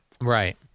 Right